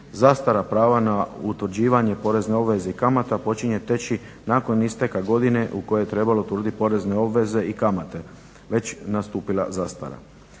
"Zastara prava na utvrđivanje porezne obveze i kamata počinje teći nakon isteka godine u kojoj je trebalo utvrditi porezne obveze i kamate već nastupila zastara."